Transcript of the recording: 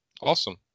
Awesome